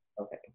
okay